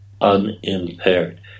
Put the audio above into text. unimpaired